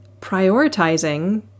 prioritizing